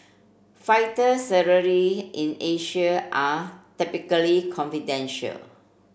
fighter salary in Asia are typically confidential